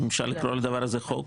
אם אפשר לקרוא לדבר הזה חוק,